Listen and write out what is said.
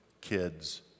kids